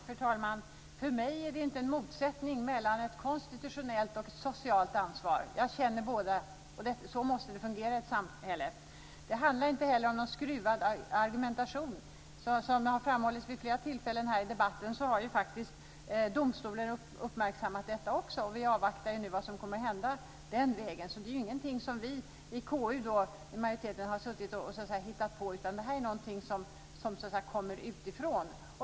Fru talman! För mig är det inte en motsättning mellan ett konstitutionellt och ett socialt ansvar. Jag känner båda, och så måste det fungera i ett samhälle. Det handlar inte heller om någon skruvad argumentation. Som har framhållits vid flera tillfällen i debatten har faktiskt domstolar också uppmärksammat detta. Vi avvaktar nu vad som kommer att hända den vägen. Detta är ingenting som vi i majoriteten i KU har hittat på, utan det här är någonting som så att säga kommer utifrån.